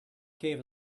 cave